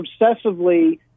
obsessively